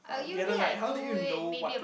the other night how did you know what to